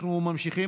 לפיכך,